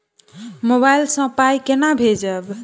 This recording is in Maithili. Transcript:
मोबाइल सँ पाई केना भेजब?